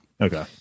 Okay